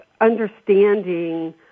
understanding